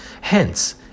Hence